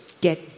get